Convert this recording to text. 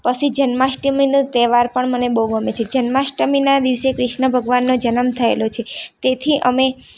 પસી જન્માષ્ટમીનો તહેવાર પણ મને બહુ ગમે છે જન્માષ્ટમીના દિવસે કૃષ્ણ ભગવાનનો જન્મ થયેલો છે તેથી અમે